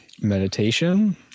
meditation